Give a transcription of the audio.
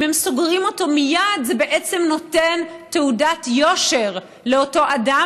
אם הם סוגרים אותו מייד זה בעצם נותן תעודת יושר לאותו אדם,